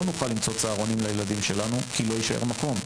נוכל למצוא צהרונים לילדים שלנו כי לא ישאר מקום.